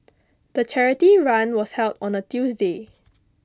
the charity run was held on a Tuesday